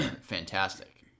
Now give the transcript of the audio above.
fantastic